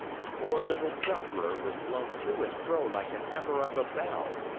the poor little sufferer was blown to and fro like the hammer of a bell.